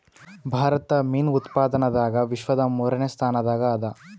ಭಾರತ ಮೀನು ಉತ್ಪಾದನದಾಗ ವಿಶ್ವದ ಮೂರನೇ ಸ್ಥಾನದಾಗ ಅದ